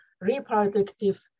reproductive